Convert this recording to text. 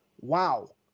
Wow